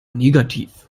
negativ